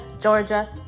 Georgia